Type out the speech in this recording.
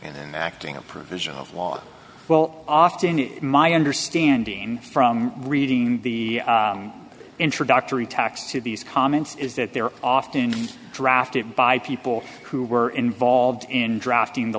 in acting a provision of law well often in my understanding from reading the introductory text to these comments is that there are often drafted by people who were involved in drafting the